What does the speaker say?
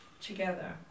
together